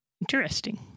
Interesting